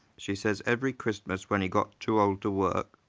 she says every christmas when he got too old to work